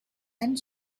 and